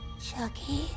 chucky